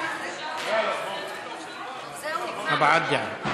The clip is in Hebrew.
6144, 6154, 6155 ו-6156.